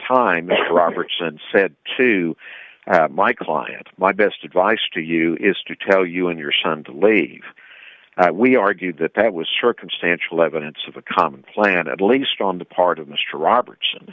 mr robertson said to my client my best advice to you is to tell you and your son to lave we argued that that was circumstantial evidence of a common plan at least on the part of mr robertson